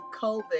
COVID